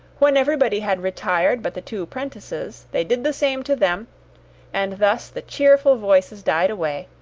when everybody had retired but the two prentices, they did the same to them and thus the cheerful voices died away,